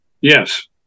Yes